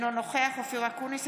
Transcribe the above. אינו נוכח אופיר אקוניס,